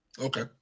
Okay